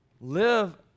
live